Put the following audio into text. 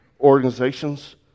organizations